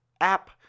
app